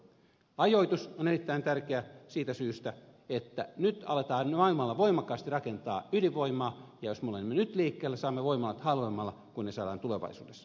ajoitus on erittäin tärkeä siitä syystä että nyt aletaan maailmalla voimakkaasti rakentaa ydinvoimaa ja jos me olemme nyt liikkeellä saamme voimalat halvemmalla kuin ne saadaan tulevaisuudessa